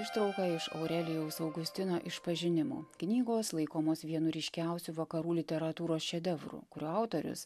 ištrauką iš aurelijaus augustino išpažinimų knygos laikomos vienu ryškiausių vakarų literatūros šedevrų kurių autorius